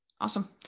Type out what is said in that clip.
Awesome